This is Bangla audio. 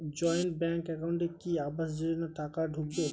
জয়েন্ট ব্যাংক একাউন্টে কি আবাস যোজনা টাকা ঢুকবে?